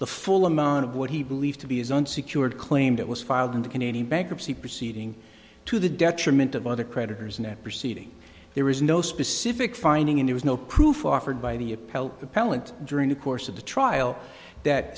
the full amount of what he believed to be as unsecured claimed it was filed in the canadian bankruptcy proceeding to the detriment of other creditors net proceedings there is no specific finding and it was no proof offered by the appellate appellant during the course of the trial that